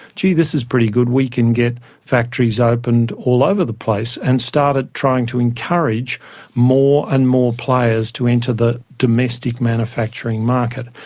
gee, this is pretty good, we can get factories opened all over the place and started trying to encourage more and more players to enter the domestic manufacturing market.